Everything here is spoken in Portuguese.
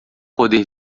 poder